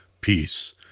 peace